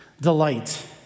Delight